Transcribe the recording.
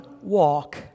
walk